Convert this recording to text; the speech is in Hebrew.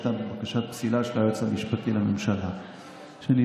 שהייתה בקשת פסילה של היועץ המשפטי לממשלה שנדחתה